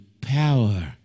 power